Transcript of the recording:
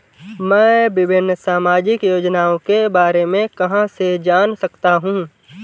मैं विभिन्न सामाजिक योजनाओं के बारे में कहां से जान सकता हूं?